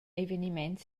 eveniment